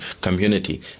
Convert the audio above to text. community